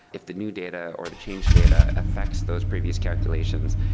if the new data or the change data affects those previous calculations,